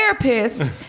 therapist